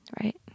right